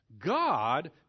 God